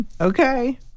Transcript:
Okay